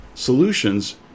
solutions